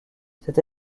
cette